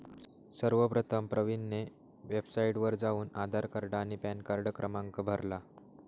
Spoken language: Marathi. सर्वप्रथम प्रवीणने वेबसाइटवर जाऊन आधार कार्ड आणि पॅनकार्ड क्रमांक भरला